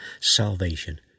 salvation